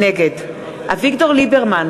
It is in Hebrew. נגד אביגדור ליברמן,